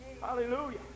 Hallelujah